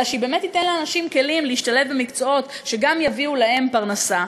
אלא שהיא באמת תיתן לאנשים כלים להשתלב במקצועות שגם יביאו להם פרנסה,